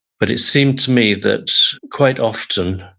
but it seemed to me that quite often,